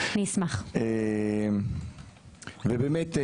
ובאמת,